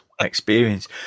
experience